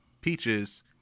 Peaches